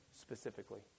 specifically